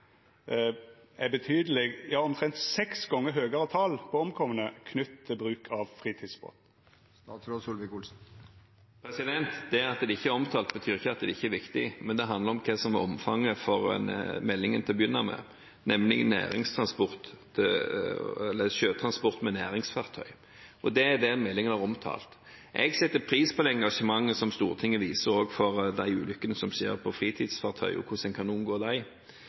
er eit betydeleg, ja omtrent seks gonger høgare, tal på omkomne knytte til bruk av fritidsbåt? Det at det ikke er omtalt, betyr ikke at det ikke er viktig, men det handler om hva som var omfanget for meldingen til å begynne med, nemlig sjøtransport med næringsfartøy, og det er det meldingen har omtalt. Jeg setter pris på det engasjementet som Stortinget også viser for de ulykkene som skjer med fritidsfartøy, og hvordan en kan unngå